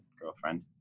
girlfriend